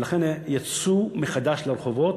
ולכן יצאו מחדש לרחובות.